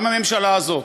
גם הממשלה הזאת,